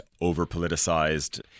over-politicized